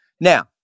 Now